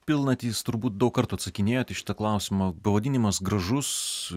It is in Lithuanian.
pilnatys turbūt daug kartų atsakinėjot į šitą klausimą pavadinimas gražus